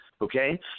Okay